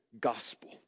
gospel